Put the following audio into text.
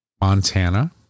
Montana